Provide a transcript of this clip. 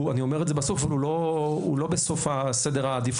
אני אומר את זה בסוף אבל הוא לא בסוף סדר העדיפויות